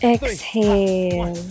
Exhale